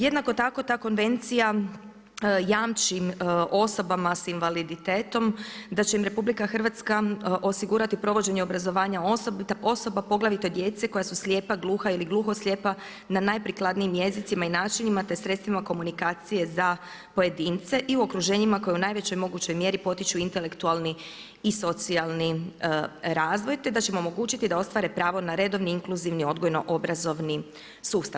Jednako tako ta Konvencija jamči osobama sa invaliditetom da će im RH osigurati provođenje obrazovanja osoba, poglavito djece koja su slijepa, gluha ili gluhoslijepa na najprikladnijim jezicima i načinima te sredstvima komunikacije za pojedince i u okruženjima koja u najvećoj mogućoj mjeri potiču intelektualni i socijalni razvoj te da će im omogućiti da ostvare pravo na redovni inkluzivni i odgojno-obrazovni sustav.